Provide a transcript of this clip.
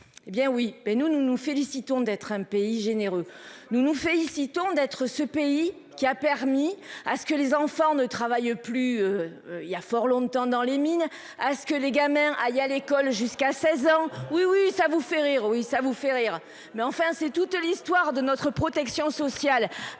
mais nous, nous nous félicitons d'être un pays généreux. Nous nous félicitons d'être ce pays qui a permis à ce que les enfants ne travaille plus. Il y a fort longtemps dans les mines à ce que les gamins aillent à l'école jusqu'à 16 ans. Oui, oui, ça vous fait rire ou ça vous fait rire, mais enfin c'est toute l'histoire de notre protection sociale